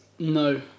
No